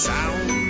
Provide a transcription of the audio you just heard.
Sound